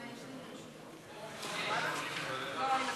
מוותרת.